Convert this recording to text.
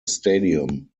stadium